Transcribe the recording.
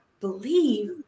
believe